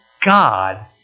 God